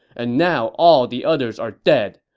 and now all the others are dead.